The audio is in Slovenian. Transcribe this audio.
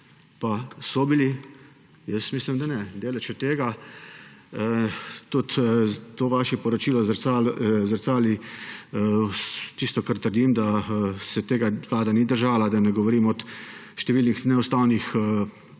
Pa so bili? Jaz mislim, da ne, daleč od tega. Vaše poročilo zrcali tisto, kar trdim – da se tega Vlada ni držala. Da ne govorim o številnih neustavnih